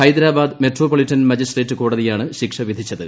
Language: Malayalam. ഹൈദരാബാദ് മെട്രോപൊളിറ്റൻ മജിസ്ട്രേറ്റ് കോടതിയാണ് ശിക്ഷ വിധിച്ചത്